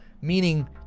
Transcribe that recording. Meaning